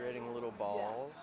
reading a little ball